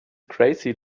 crazy